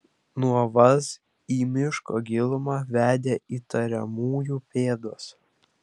nuo vaz į miško gilumą vedė įtariamųjų pėdos